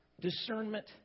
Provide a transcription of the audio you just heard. discernment